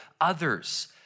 others